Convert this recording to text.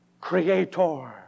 creator